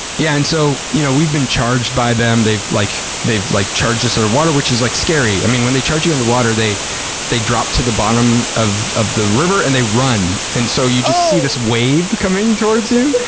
yeah, and so you know we've been charged by them. they've like they've like charged us underwater, which is like scary. i mean, when they charge you underwater, they they drop to the bottom of of the river and they run, and so you just see this wave coming towards you.